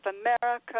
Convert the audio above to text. America